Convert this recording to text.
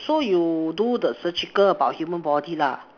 so you do the surgical about human body lah